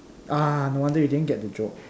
ah no wonder you didn't get the joke